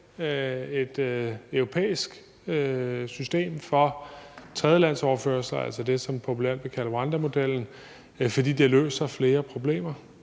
et europæisk system for tredjelandsoverførsler, altså det, som populært bliver kaldt rwandamodellen, fordi det løser flere problemer.